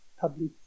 public